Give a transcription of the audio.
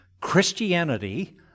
Christianity